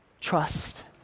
Trust